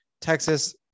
Texas